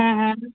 हा हा